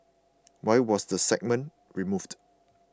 why was the segment removed